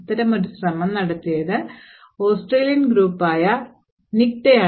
അത്തരമൊരു ശ്രമം നടത്തിയത് ഓസ്ട്രേലിയൻ ഗ്രൂപ്പായ നിക്റ്റ യാണ്